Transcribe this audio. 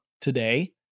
today